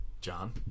John